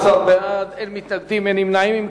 בעד, 18, אין מתנגדים, אין נמנעים.